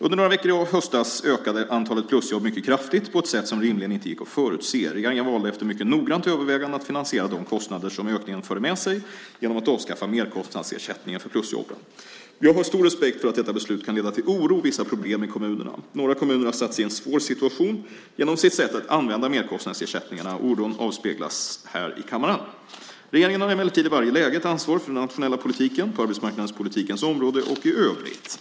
Under några veckor i höstas ökade antalet plusjobb mycket kraftigt på ett sätt som rimligen inte gick att förutse. Regeringen valde efter mycket noggrant övervägande att finansiera de kostnader som ökningen förde med sig, genom att avskaffa merkostnadsersättningen för plusjobben. Jag har stor respekt för att detta beslut kan leda till oro och vissa problem i kommunerna. Några kommuner har satt sig i en svår situation genom sitt sätt att använda merkostnadsersättningarna. Oron avspeglas här i kammaren. Regeringen har emellertid i varje läge ett ansvar för den nationella politiken, på arbetsmarknadspolitikens område och i övrigt.